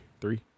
three